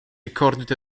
recorded